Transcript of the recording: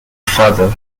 father